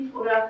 oder